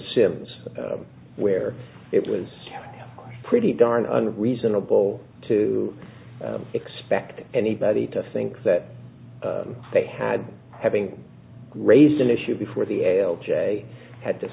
sims where it was pretty darn reasonable to expect anybody to think that they had having raised an issue before the l j had to